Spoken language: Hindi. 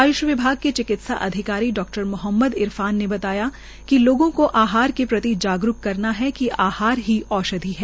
आय्ष विभाग के चिकित्सा अधिकारी डा मोहम्मद इरफान ने बताया कि लोगों को आहार के प्रति जागरूक करना है कि आहार ही औषधि है